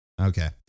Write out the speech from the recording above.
Okay